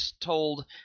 told